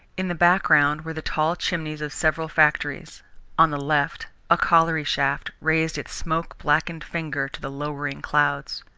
in the background were the tall chimneys of several factories on the left, a colliery shaft raised its smoke-blackened finger to the lowering clouds.